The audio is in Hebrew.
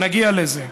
נגיע לזה.